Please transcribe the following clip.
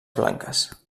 blanques